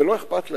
ולא אכפת להם,